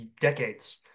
decades